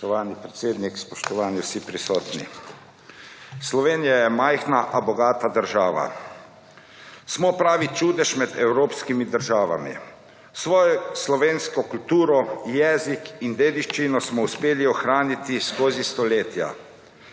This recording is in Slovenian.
Spoštovani predsednik, spoštovani vsi prisotni. Slovenija je majhna, a bogata država. Smo pravi čudež med evropskimi državami. Svojo slovensko kulturo, jezik in dediščino smo uspeli ohraniti skozi stoletja.